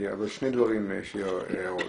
אבל שני דברים יש לי הערות.